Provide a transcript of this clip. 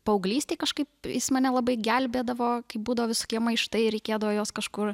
paauglystėj kažkaip jis mane labai gelbėdavo kai būdavo visokie maištai ir reikėdavo juos kažkur